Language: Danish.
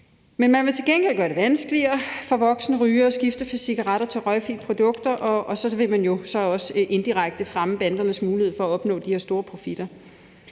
Men man vil til gengæld gøre det vanskeligere for voksne rygere at skifte fra cigaretter til røgfri produkter, og så vil man jo også indirekte fremme bandernes mulighed for at opnå de her store profitter.